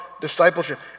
Discipleship